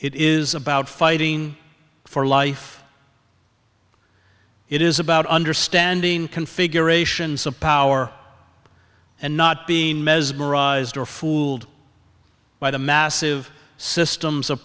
it is about fighting for life it is about understanding configurations of power and not being mesmerized or fooled by the massive systems of